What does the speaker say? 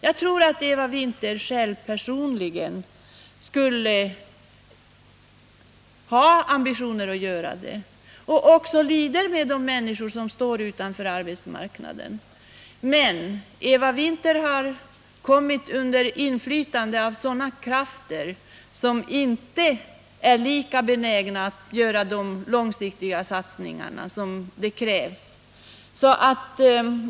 Jag tror att Eva Winther personligen skulle ha ambitionen att göra någonting och att hon också lider med de människor som står utanför arbetsmarknaden. Men Eva Winther har kommit under inflytande av krafter som inte är lika benägna att göra de långsiktiga satsningar som krävs.